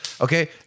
Okay